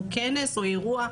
או כנס או אירוע,